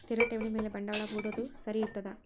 ಸ್ಥಿರ ಠೇವಣಿ ಮ್ಯಾಲೆ ಬಂಡವಾಳಾ ಹೂಡೋದು ಸರಿ ಇರ್ತದಾ?